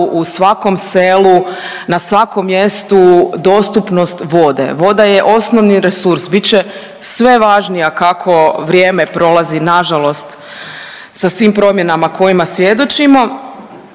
u svakom selu, na svakom mjestu dostupnost vode. Voda je osnovni resurs. Bit će sve važnija kako vrijeme prolazi nažalost sa svim promjenama kojima svjedočimo.